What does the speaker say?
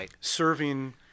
serving